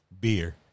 beer